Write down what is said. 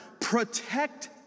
protect